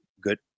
good